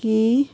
ꯀꯤ